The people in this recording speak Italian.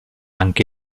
anche